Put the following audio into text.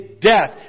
death